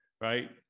right